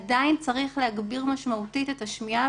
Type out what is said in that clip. עדין צריך להגביר משמעותית את השמיעה,